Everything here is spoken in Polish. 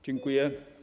Dziękuję.